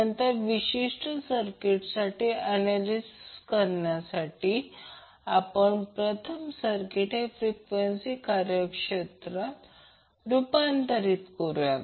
तर विशिष्ट सर्किटसाठी याचे ऍनॅलिसिस करण्याकरिता आपण प्रथम सर्किट हे फ्रिक्वेंसी कार्यक्षेत्रात रूपांतर करूया